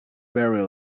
very